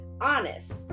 honest